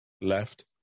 left